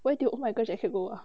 where did oh my god jacket go ah